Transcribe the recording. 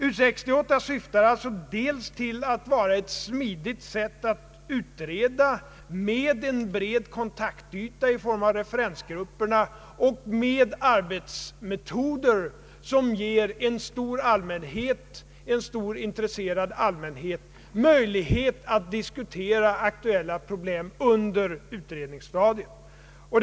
U 68 syftar dels till att vara eit smidigt sätt att utreda med en bred kontaktyta i form av referensgrupperna, dels till att verka med arbetsmetoder som ger en stor intresserad allmänhet möjlighet att diskutera aktuella problem under utredningsskedet.